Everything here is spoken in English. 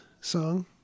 song